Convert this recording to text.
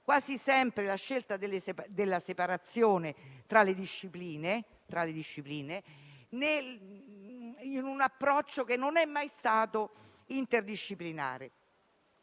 ai colleghi - della separazione tra le discipline, con un approccio che non è mai stato interdisciplinare.